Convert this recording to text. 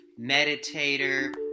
meditator